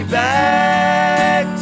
back